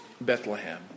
Bethlehem